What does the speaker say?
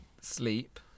sleep